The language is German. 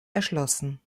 erschlossen